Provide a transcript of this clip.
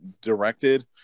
directed